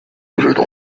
had